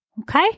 Okay